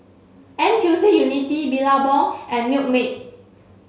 N T U C Unity Billabong and Milkmaid